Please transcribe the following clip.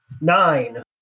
Nine